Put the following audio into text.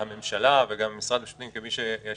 הממשלה וגם משרד המשפטים כמי שיש